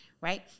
right